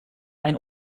ein